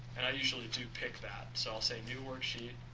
and i usually do pick that. so, i'll say, new worksheet,